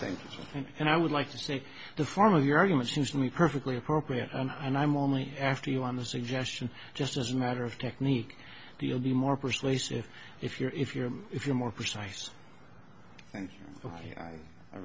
things and i would like to see the form of your argument seems to me perfectly appropriate and i'm only after you on the suggestion just as a matter of technique he'll be more persuasive if you're if you're if you're more precise